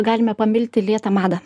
galime pamilti lėtą madą